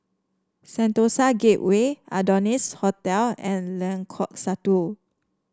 Sentosa Gateway Adonis Hotel and Lengkok Satu